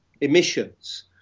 emissions